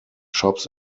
shops